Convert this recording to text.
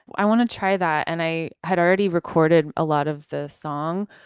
i want to try that. and i had already recorded a lot of the song,